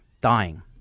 dying